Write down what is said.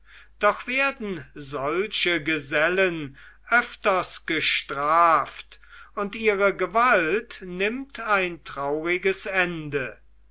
doch werden solche gesellen öfters gestraft und ihre gewalt nimmt ein trauriges ende